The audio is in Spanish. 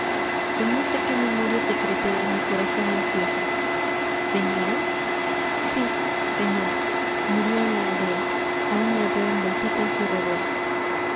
con no sé qué memoria secretea mi corazón ansioso señora sí señor murió en la aldea aun la veo envueltita en su reboso